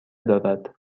دارد